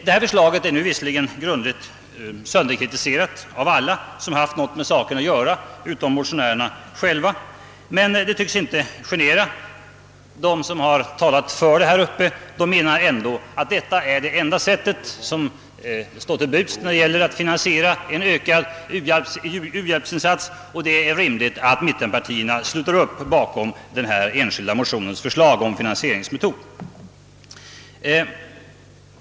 Visserligen är det förslaget nu grundligt sönderkritiserat av alla som haft med saken att göra — utom av motionärerna själva — men det tycks inte genera. De som talat för förslaget menar ändå att detta är det enda sätt som står till buds för att finansiera en ökad u-hjälpsinsats och att det är rimligt att mittenpartierna sluter upp kring denna enskilda motions förslag om finansieringsmetod.